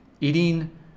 eating